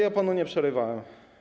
Ale ja panu nie przerywałem.